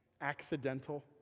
accidental